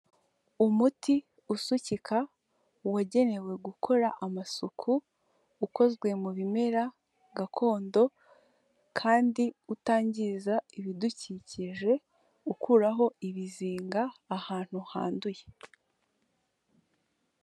Umuti usukika, wagenewe gukora amasuku, ukozwe mu bimera gakondo, kandi utangiza ibidukikije, ukuraho ibizinga, ahantu handuye.